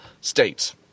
states